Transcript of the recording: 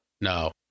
No